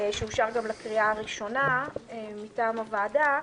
שאושר גם לקריאה הראשונה מטעם הוועדה.